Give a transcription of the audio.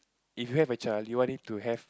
if you have a child do you want him to have